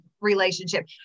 relationship